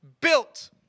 built